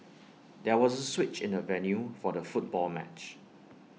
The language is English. there was A switch in the venue for the football match